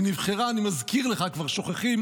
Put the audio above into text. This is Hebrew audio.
היא נבחרה, אני מזכיר לך, כבר שוכחים